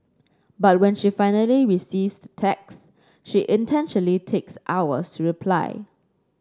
but when she finally receives the text she intentionally takes hours to reply